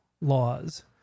laws